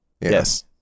Yes